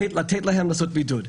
תנו להם לעשות בידוד.